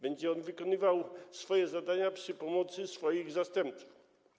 Będzie on wykonywał swoje zadania przy pomocy swoich zastępców.